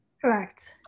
Correct